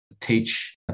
teach